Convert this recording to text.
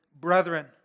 brethren